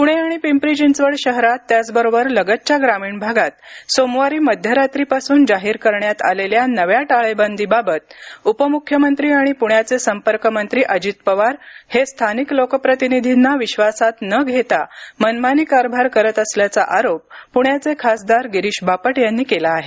पुणे आणि पिंपरी चिंचवड शहरात त्याचवरोबर लगतच्या ग्रामीण भागात सोमवारी मध्यरात्रीपासून जाहीर करण्यात आलेल्या नव्या टाळेबंदीवाबत उपमुख्यमंत्री आणि पुण्याचे संपर्कमंत्री अजित पवार हे स्थानिक लोकप्रतिनिधींना विश्वासात न घेता मनमानी कारभार करत असल्याचा आरोप प्ण्याचे खासदार गिरीश बापट यांनी केला आहे